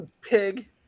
pig